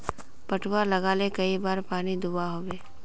पटवा लगाले कई बार पानी दुबा होबे?